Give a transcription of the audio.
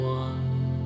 one